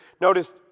notice